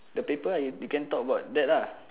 the paper you can talk about that lah